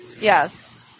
Yes